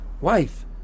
wife